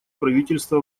правительство